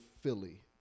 Philly